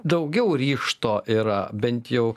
daugiau ryžto yra bent jau